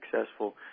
successful